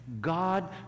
God